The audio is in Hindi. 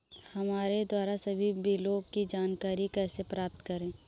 हमारे द्वारा सभी बिलों की जानकारी कैसे प्राप्त करें?